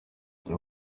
amwe